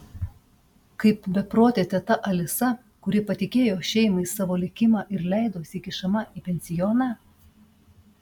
kaip beprotė teta alisa kuri patikėjo šeimai savo likimą ir leidosi įkišama į pensioną